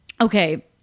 Okay